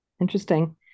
Interesting